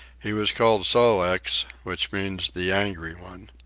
he was called sol-leks, which means the angry one.